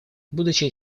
будучи